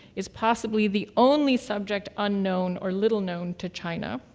is possibly the only subject unknown or little known to china.